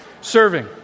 serving